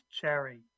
cherry